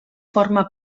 forma